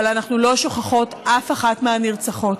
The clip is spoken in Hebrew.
אבל אנחנו לא שוכחות אף אחת מהנרצחות.